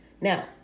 Now